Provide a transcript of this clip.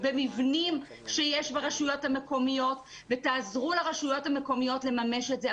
במבנים שיש ברשויות המקומיות ותעזרו לרשויות המקומיות לממש את זה,